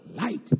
light